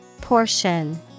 Portion